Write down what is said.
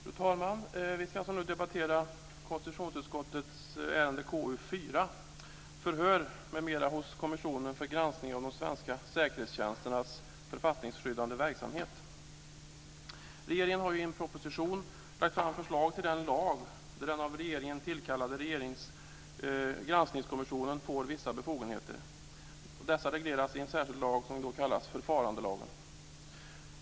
Fru talman! Vi ska nu debattera konstitutionsutskottets ärende 4, Förhör m.m. hos kommissionen för granskning av de svenska säkerhetstjänsternas författningsskyddande verksamhet. Regeringen har i en proposition lagt fram förslag till den lag där den av regeringen tillkallade granskningskommissionen får vissa befogenheter. Dessa befogenheter regleras i en särskild lag, förfarandelagen.